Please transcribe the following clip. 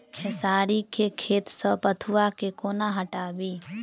खेसारी केँ खेत सऽ बथुआ केँ कोना हटाबी